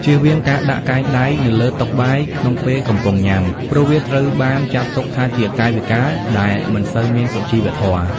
ចៀសវាងការដាក់កែងដៃនៅលើតុបាយក្នុងពេលកំពុងញ៉ាំ ព្រោះវាត្រូវបានចាត់ទុកថាជាកាយវិការដែលមិនសូវមានសុជីវធម៌។